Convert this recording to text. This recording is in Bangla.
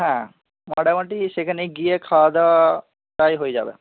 হ্যাঁ মোটামুটি সেখানে গিয়ে খাওয়া দাওয়া প্রায় হয়ে যাবে